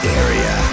area